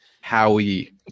Howie